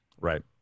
Right